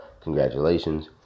congratulations